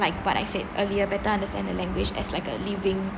like what I said earlier better understand the language as like a living